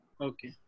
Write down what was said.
Okay